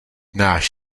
náš